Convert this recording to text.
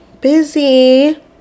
Busy